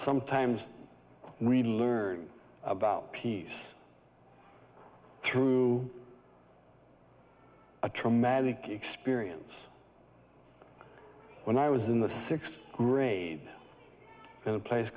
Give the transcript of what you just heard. sometimes we learn about peace through a traumatic experience when i was in the sixth grade in a place